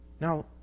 Now